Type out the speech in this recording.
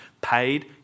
Paid